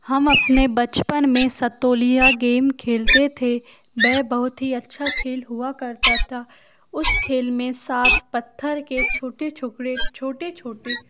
हम अपने बचपन में सतोलिया गेम खेलते थे बह बहुत ही अच्छा खेल हुआ करता था उस खेल में सात पत्थर के छोटे टुकड़े छोटे छोटे